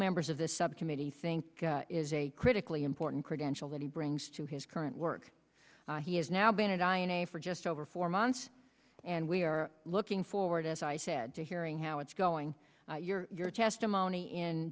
members of the subcommittee think is a critically important credential that he brings to his current work he has now been to die in a for just over four months and we are looking forward as i said to hearing how it's going your testimony in